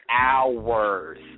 hours